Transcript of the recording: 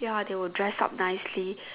ya they will dress up nicely